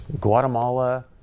Guatemala